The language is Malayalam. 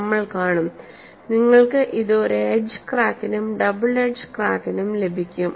നമ്മൾ കാണും നിങ്ങൾക്ക് ഇത് ഒരു എഡ്ജ് ക്രാക്കിനും ഡബിൾ എഡ്ജ്ഡ് ക്രാക്കിനും ലഭിക്കും